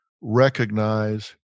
recognize